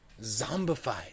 zombified